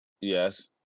Yes